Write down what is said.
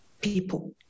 people